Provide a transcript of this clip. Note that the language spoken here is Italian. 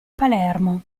palermo